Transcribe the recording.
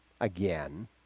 Again